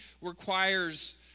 requires